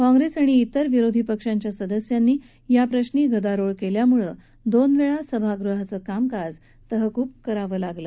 काँग्रेस आणि तिर विरोधी पक्षांच्या सदस्यांनी याप्रश्री गदारोळ केल्यामुळे दोनवेळा सभागृहाचं कामकाज तहकूब करावं लागलं